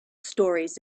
stories